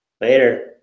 Later